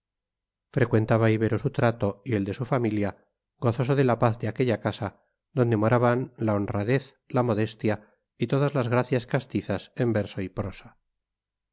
frecuentaba ibero su trato y el de su familia gozoso de la paz de aquella casa donde moraban la honradez la modestia y todas las gracias castizas en verso y prosa